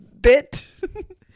bit